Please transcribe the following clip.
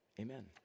amen